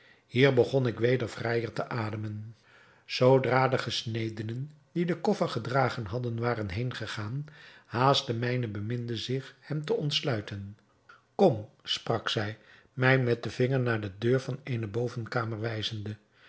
hier begon ik weder vrijer adem te halen zoodra de gesnedenen die den koffer gedragen hadden waren heên gegaan haastte mijne beminde zich hem te ontsluiten kom sprak zij mij met den vinger naar de deur van eene bovenkamer wijzende